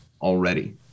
already